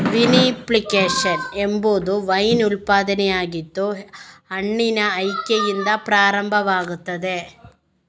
vinification ಎಂಬುದು wine ಉತ್ಪಾದನೆಯಾಗಿದ್ದು ಹಣ್ಣಿನ ಆಯ್ಕೆಯಿಂದ ಪ್ರಾರಂಭವಾಗುತ್ತದೆ